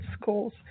schools